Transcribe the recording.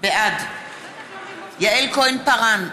בעד יעל כהן-פארן,